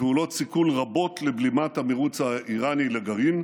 בפעולות סיכול רבות לבלימת המרוץ האיראני לגרעין,